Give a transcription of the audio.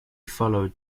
followed